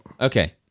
Okay